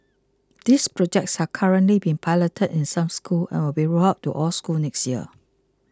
these projects are currently being piloted in some schools and will be rolled out to all schools next year